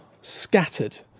scattered